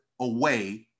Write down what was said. away